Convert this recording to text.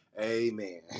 amen